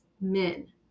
men